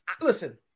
listen